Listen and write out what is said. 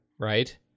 right